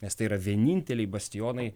nes tai yra vieninteliai bastionai